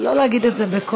לא להגיד את זה בקול.